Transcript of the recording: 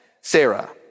Sarah